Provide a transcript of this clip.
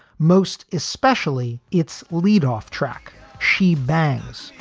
most especially its lead off track she bangs,